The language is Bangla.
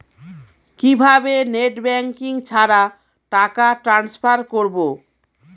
কিভাবে নেট ব্যাঙ্কিং ছাড়া টাকা ট্রান্সফার করবো?